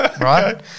right